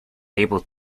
able